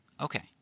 Okay